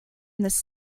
this